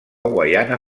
guaiana